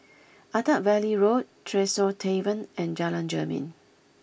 Attap Valley Road Tresor Tavern and Jalan Jermin